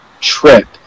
trip